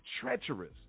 treacherous